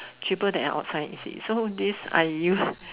cheaper than outside you see